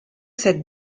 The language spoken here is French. cette